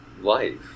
life